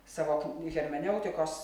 savo kn hermeneutikos